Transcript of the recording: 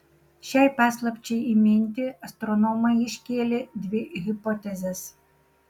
šiai paslapčiai įminti astronomai iškėlė dvi hipotezes